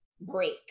break